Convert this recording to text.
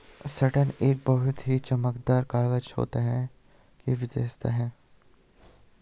satin एक बहुत ही चमकदार कागज होने की विशेषता है